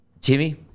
Timmy